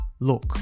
Look